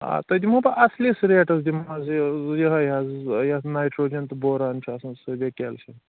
آ تۄہہِ دِمہو بہٕ اَصلِس ریٹَس دِمہٕ حظ یہِ یِہوٚے حظ یَتھ نایِٹروجَن تہٕ بوران چھُ آسان سۭتۍ یا کٮ۪لشِیَم